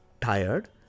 tired